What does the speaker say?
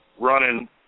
running